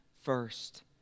First